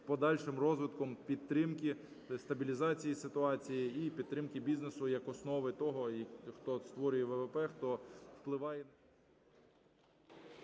подальшим розвитком підтримки, стабілізації ситуації і підтримки бізнесу як основи того, хто створює ВВП, хто впливає...